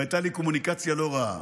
והייתה לי קומוניקציה לא רעה,